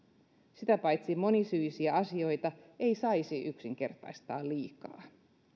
sitä paitsi monisyisiä asioita ei saisi yksinkertaistaa liikaa